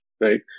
right